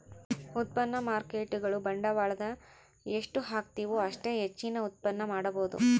ಉತ್ಪನ್ನ ಮಾರ್ಕೇಟ್ಗುಳು ಬಂಡವಾಳದ ಎಷ್ಟು ಹಾಕ್ತಿವು ಅಷ್ಟೇ ಹೆಚ್ಚಿನ ಉತ್ಪನ್ನ ಮಾಡಬೊದು